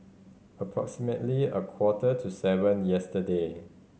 Approximately a quarter to seven yesterday